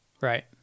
Right